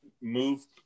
move